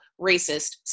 racist